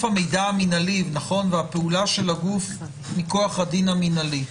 המידע המינהלי והפעולה של הגוף מכוח הדין המינהלי.